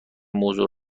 موضوع